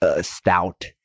Stout